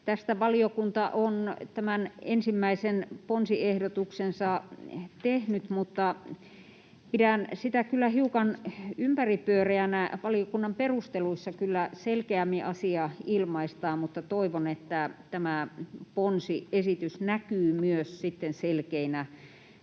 Tästä valiokunta on tämän ensimmäisen ponsiehdotuksensa tehnyt, mutta pidän sitä kyllä hiukan ympäripyöreänä. Valiokunnan perusteluissa kyllä selkeämmin asia ilmaistaan, mutta toivon, että tämä ponsiesitys näkyy myös selkeinä